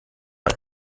man